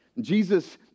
Jesus